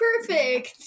perfect